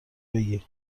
بگی